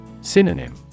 Synonym